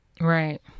right